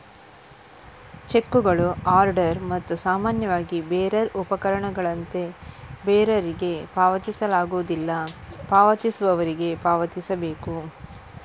ಚೆಕ್ಕುಗಳು ಆರ್ಡರ್ ಮತ್ತು ಸಾಮಾನ್ಯವಾಗಿ ಬೇರರ್ ಉಪಪಕರಣಗಳಂತೆ ಬೇರರಿಗೆ ಪಾವತಿಸಲಾಗುವುದಿಲ್ಲ, ಪಾವತಿಸುವವರಿಗೆ ಪಾವತಿಸಬೇಕು